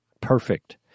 perfect